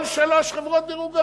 כל שלוש חברות דירוג האשראי,